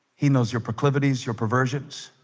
he knows your proclivities your perversions